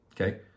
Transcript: okay